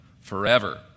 forever